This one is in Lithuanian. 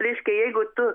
reiškia jeigu tu